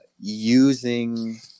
using